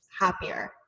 happier